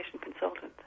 consultant